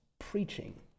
Preaching